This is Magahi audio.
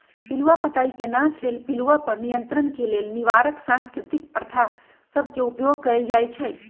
पिलूआ पताई के नाश लेल पिलुआ पर नियंत्रण के लेल निवारक सांस्कृतिक प्रथा सभ के उपयोग कएल जाइ छइ